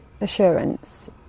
assurance